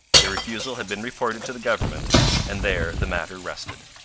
their refusal had been reported to the government and there the matter rested.